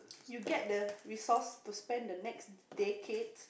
you get the resource to spend the next decade